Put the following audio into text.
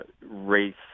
race